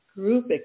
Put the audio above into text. group